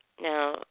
now